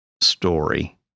story